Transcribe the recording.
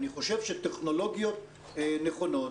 טכנולוגיות נכונות,